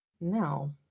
no